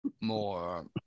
more